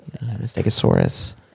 Stegosaurus